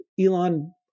Elon